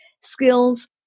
skills